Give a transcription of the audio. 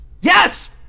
Yes